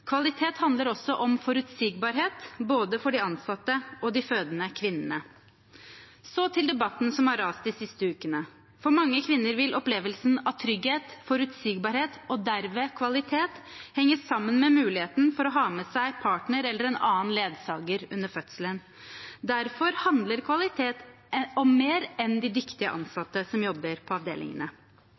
Kvalitet handler også om forutsigbarhet, for både de ansatte og de fødende kvinnene. Så til debatten som har rast de siste ukene. For mange kvinner vil opplevelsen av trygghet, forutsigbarhet og derved kvalitet henge sammen med muligheten for å ha med seg partner eller en annen ledsager under fødselen. Derfor handler kvalitet om mer enn de dyktige ansatte som jobber på avdelingene.